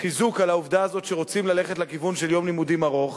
חיזוק על העובדה הזאת שרוצים ללכת לכיוון של יום לימודים ארוך